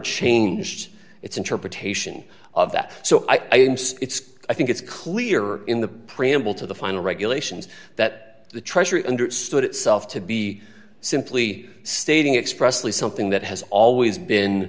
changed its interpretation of that so i i think it's clear in the preamble to the final regulations that the treasury understood itself to be simply stating expressly something that has always been